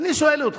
אין